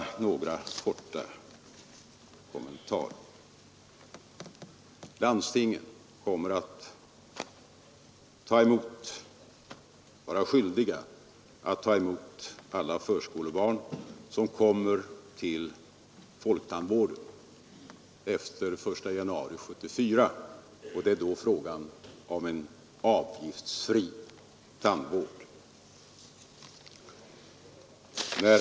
Efter den 1 januari 1974 kommer landstingen att vara skyldiga att ta emot alla förskolebarn som kommer till folktandvården, och då blir det fråga om en avgiftsfri tandvård.